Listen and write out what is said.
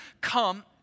come